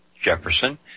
Jefferson